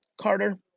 Carter